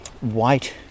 white